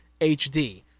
HD